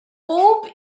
bob